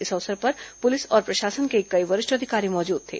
इस अवसर पर पुलिस और प्रशासन के कई वरिष्ठ अधिकारी मौजूद थे